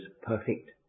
perfect